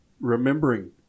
remembering